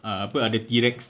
err apa ada T-rex